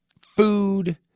food